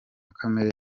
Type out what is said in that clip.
kamere